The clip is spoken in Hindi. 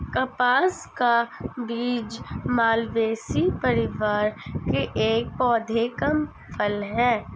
कपास का बीज मालवेसी परिवार के एक पौधे का फल है